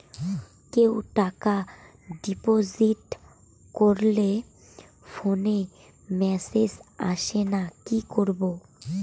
কেউ টাকা ডিপোজিট করলে ফোনে মেসেজ আসেনা কি করবো?